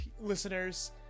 listeners